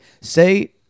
say